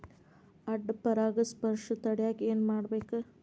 ಅಡ್ಡ ಪರಾಗಸ್ಪರ್ಶ ತಡ್ಯಾಕ ಏನ್ ಮಾಡ್ಬೇಕ್?